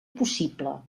possible